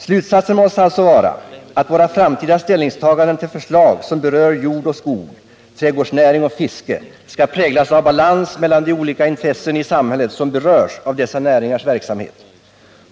Slutsatsen måste alltså bli att våra framtida ställningstaganden till förslag som berör jordoch skogsbruket, trädgårdsnäringen och fisket skall präglas av balans mellan de olika intressen i samhället som berörs av dessa näringars verksamhet.